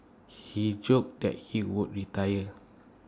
he joked that he would retire